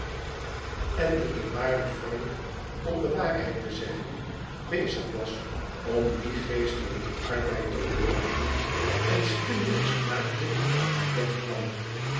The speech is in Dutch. en de eerwaarde frank om de waarheid te zeggen bezig was om dien geestelijken arbeid te ontduiken en stilletjes maakte dat hij wegkwam